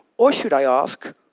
or, should i ask,